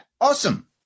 Awesome